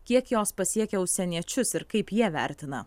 kiek jos pasiekia užsieniečius ir kaip jie vertina